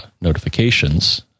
notifications